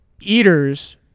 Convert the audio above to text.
Eaters